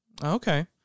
Okay